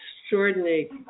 extraordinary